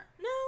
No